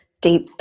deep